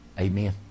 Amen